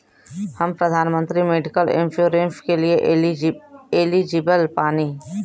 हम प्रधानमंत्री medical insurance के लिए एलिजिबल बानी?